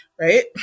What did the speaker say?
right